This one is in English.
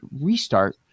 restart